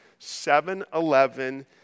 7-Eleven